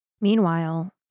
Meanwhile